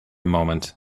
moment